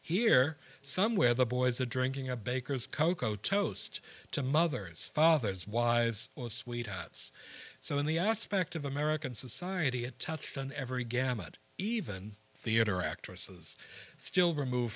here some where the boys are drinking a baker's cocoa toast to mothers fathers wives or sweethearts so in the aspect of american society it touched on every gamut even theatre actresses still removed